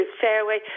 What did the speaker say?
fairway